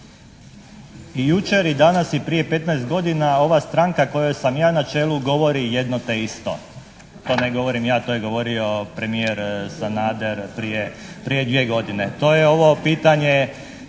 I jučer i danas i prije 15 godina ova stranka kojoj sam ja na čelu govori jedno te isto. To ne govorim ja to je govorio premijer Sanader prije 2 godine. To je ovo pitanje